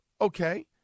okay